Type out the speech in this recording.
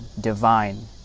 divine